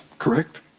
correct?